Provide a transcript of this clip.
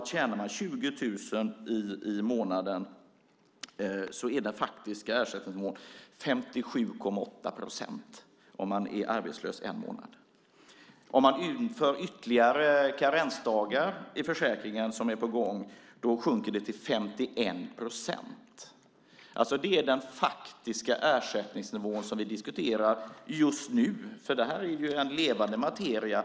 Tjänar man 20 000 i månaden är den faktiska ersättningsnivån 57,8 procent om man är arbetslös en månad. Om man inför ytterligare karensdagar i försäkringen, som är på gång, sjunker det till 51 procent. Det är den faktiska ersättningsnivå som vi diskuterar just nu. Det här är en levande materia.